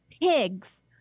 pigs